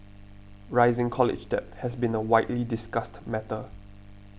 rising college debt has been a widely discussed matter